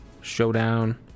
showdown